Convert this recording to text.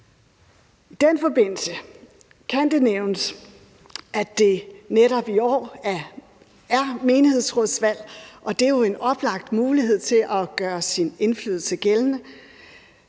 I den forbindelse kan det nævnes, at der netop i år er menighedsrådsvalg, og det er jo en oplagt mulighed til at gøre sin indflydelse gældende.